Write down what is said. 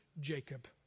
Jacob